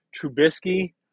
Trubisky